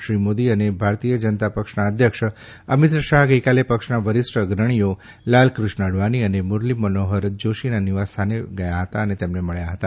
શ્રી નરેન્દ્ર મોદી અને ભારતીય જનતા પક્ષના અધ્યક્ષ અમિત શાહ ગઇકાલે પક્ષના વરિષ્ઠ અગ્રણીઓ લાલકૃષ્ણ અડવાણી અને મુરલી મનોહર જોષીના નિવાસસ્થાને ગયા હતા અને તેમને મળ્યા હતા